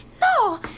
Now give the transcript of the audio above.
no